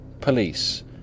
Police